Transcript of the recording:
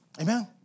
Amen